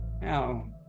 Now